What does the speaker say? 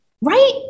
Right